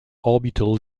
orbital